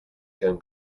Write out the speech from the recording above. can